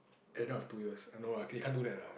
end of two years eh no lah they can't do that lah